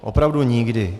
Opravdu nikdy.